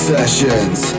Sessions